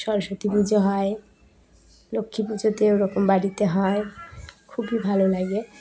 সরস্বতী পুজো হয় লক্ষ্মী পুজোতে ওরকম বাড়িতে হয় খুবই ভালো লাগে